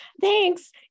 thanks